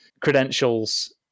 credentials